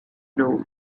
know